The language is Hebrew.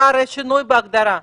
הרי היה שינוי בהגדרה.